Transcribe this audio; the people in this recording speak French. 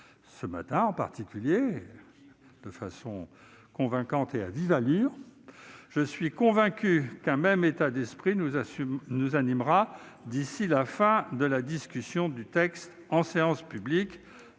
a mené ses travaux, de façon convaincante et à vive allure. Je suis convaincu qu'un même état d'esprit nous animera d'ici à la fin de la discussion du texte en séance publique.